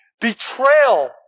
Betrayal